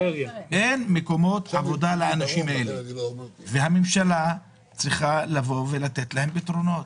אין מקומות עבודה לאנשים האלה והממשלה צריכה לתת להם פתרונות.